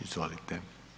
Izvolite.